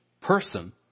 person